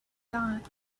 got